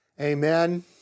Amen